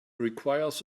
requires